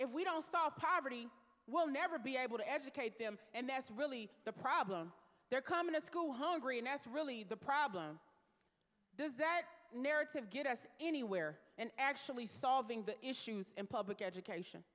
if we don't solve poverty we'll never be able to educate them and that's really the problem they're coming to school hungry and that's really the problem does that narrative get us anywhere and actually solving the issues in public education